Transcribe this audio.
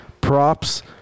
props